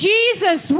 Jesus